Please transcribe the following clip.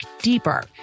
deeper